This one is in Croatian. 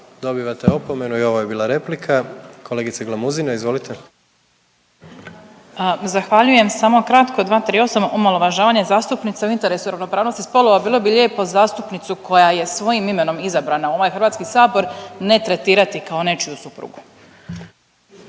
Dobivate opomenu. I ovo je bila replika. Kolegice Glamuzina, izvolite. **Glamuzina, Katica (Socijaldemokrati)** Zahvaljujem. Samo kratko, 238. Omalovažavanje zastupnice, u interesu ravnopravnosti spolova, bilo bi lijepo zastupnicu koja je svojim imenom izabrana u ovaj HS, ne tretirati kao nečiju suprugu.